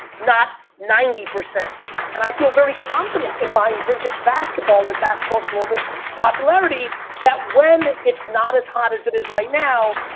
not ninety. and i feel very confident in buying vintage basketball with basketball's global popularity that when it's not as hot as it is right now,